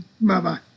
Bye-bye